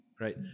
right